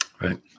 Right